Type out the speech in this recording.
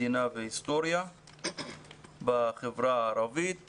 מדינה והיסטוריה בחברה הערבית.